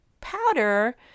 powder